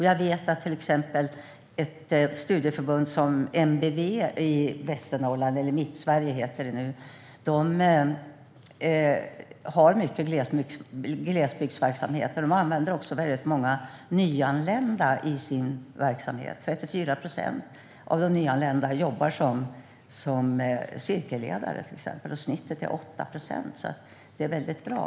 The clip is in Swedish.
Jag vet att till exempel ett studieförbund som NBV i Västernorrland, eller Mittsverige som det heter nu, har mycket glesbygdsverksamhet. De använder också många nyanlända i sin verksamhet; 34 procent av de nyanlända jobbar till exempel som cirkelledare. Snittet är 8 procent, så det är väldigt bra.